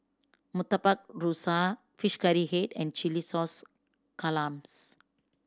Murtabak Rusa Curry Fish Head and chilli sauce clams